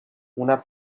una